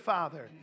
Father